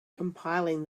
compiling